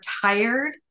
tired